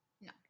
No